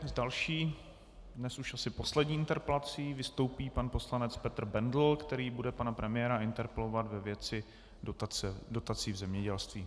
S další, dnes už asi poslední interpelací vystoupí pan poslanec Petr Bendl, který bude pana premiéra interpelovat ve věci dotací v zemědělství.